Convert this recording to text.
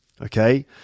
okay